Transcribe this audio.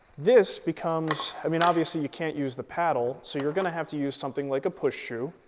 this becomes i mean, obviously you can't use the paddle so you're going to have to use something like a push shoe,